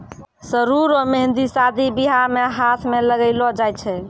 सरु रो मेंहदी शादी बियाह मे हाथ मे लगैलो जाय छै